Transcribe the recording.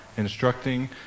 instructing